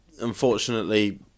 unfortunately